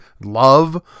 love